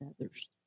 others